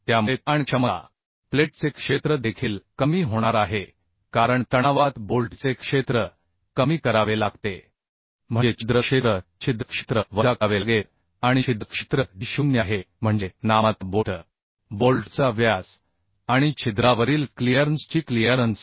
त्यामुळे ताण क्षमता प्लेटचे क्षेत्र देखील कमी होणार आहे कारण तणावात बोल्टचे क्षेत्र कमी करावे लागते म्हणजे छिद्र क्षेत्र छिद्र क्षेत्र वजा करावे लागेल आणि छिद्र क्षेत्र d0 आहे म्हणजे नाममात्र बोल्ट बोल्टचा व्यास आणि छिद्रावरील क्लिअरन्सची क्लिअरन्स